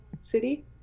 city